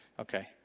okay